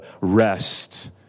rest